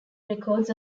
records